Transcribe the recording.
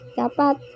dapat